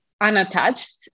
unattached